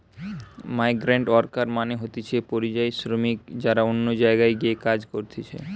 migrant worker মানে হতিছে পরিযায়ী শ্রমিক যারা অন্য জায়গায় গিয়ে কাজ করতিছে